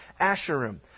asherim